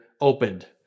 opened